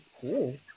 cool